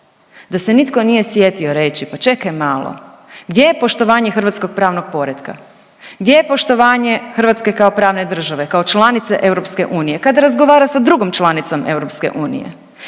Da se nitko nije sjetio reći, pa čekaj malo gdje je poštovanje hrvatskog pravnog poretka, gdje je poštovanje Hrvatske kao pravne države, kao članice EU kad razgovara sa drugom članicom EU.